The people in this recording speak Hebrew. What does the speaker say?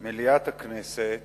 מליאת הכנסת